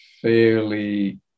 fairly